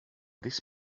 this